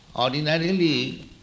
ordinarily